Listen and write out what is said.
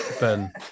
Ben